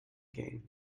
gain